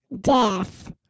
death